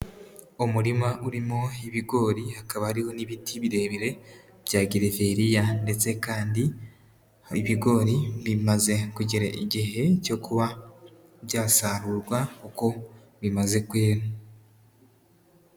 Umurima urimo ibigori, hakaba harimo n'ibiti birebire bya gereveriya, ndetse kandi hari ibigori bimaze kugera igihe cyo kuba byasarurwa kuko bimaze kwera.